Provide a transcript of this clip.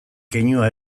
keinua